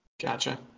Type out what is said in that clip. Gotcha